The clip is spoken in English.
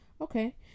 okay